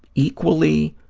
equally